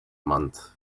month